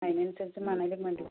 അതിനനുസരിച്ച് മണലും വേണ്ടിവരും